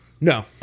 No